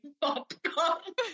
popcorn